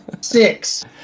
six